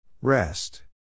Rest